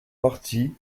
parti